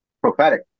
prophetic